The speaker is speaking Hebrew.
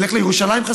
נלך לירושלים,